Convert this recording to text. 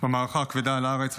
במערכה הכבדה על הארץ,